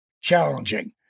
challenging